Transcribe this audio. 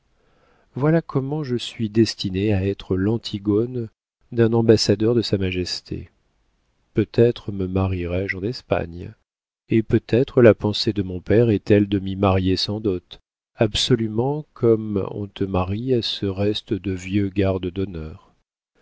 voilà comment je suis destinée à être l'antigone d'un ambassadeur de sa majesté peut-être me marierai je en espagne et peut-être la pensée de mon père est-elle de m'y marier sans dot absolument comme on te marie à ce reste de vieux garde d'honneur